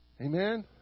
Amen